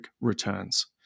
returns